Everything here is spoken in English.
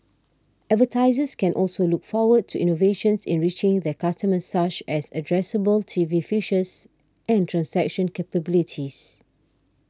advertisers can also look forward to innovations in reaching their customers such as addressable T V features and transaction capabilities